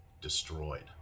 destroyed